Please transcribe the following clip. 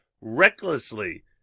recklessly